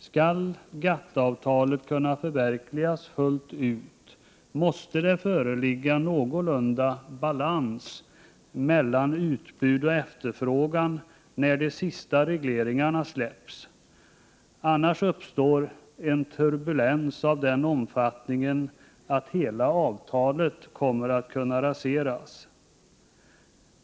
Skall GATT-avtalet kunna förverkligas fullt ut måste det föreligga någorlunda balans mellan utbud och efterfrågan när de sista regleringarna släpps. Annars uppstår en turbulens av sådan omfattning att hela avtalet kommer att raseras.